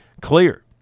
clear